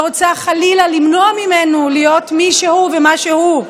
ורוצה חלילה למנוע ממנו להיות מי שהוא ומה שהוא.